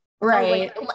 right